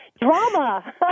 Drama